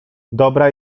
dobra